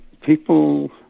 people